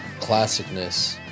classicness